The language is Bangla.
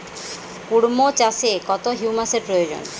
কুড়মো চাষে কত হিউমাসের প্রয়োজন?